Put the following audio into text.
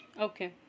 Okay